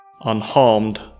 unharmed